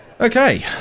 Okay